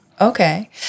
Okay